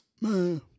man